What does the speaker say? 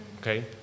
Okay